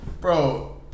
bro